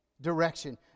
direction